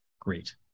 Great